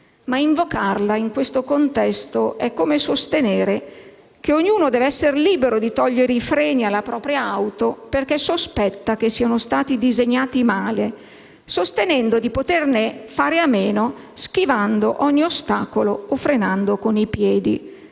ma invocarla in questo contesto è come sostenere che ognuno deve essere libero di togliere i freni alla propria auto perché sospetta che siano stati disegnati male, sostenendo di poterne fare a meno schivando ogni ostacolo o frenando con i piedi.